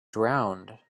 drowned